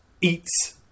eats